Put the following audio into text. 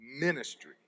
Ministry